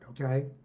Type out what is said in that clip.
okay